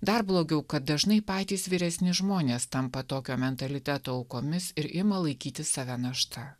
dar blogiau kad dažnai patys vyresni žmonės tampa tokio mentaliteto aukomis ir ima laikyti save našta